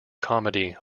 comedy